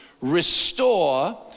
restore